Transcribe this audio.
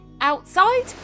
outside